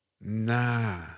Nah